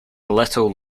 little